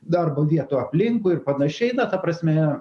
darbo vietų aplinkui ir panašiai na ta prasme